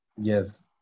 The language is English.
Yes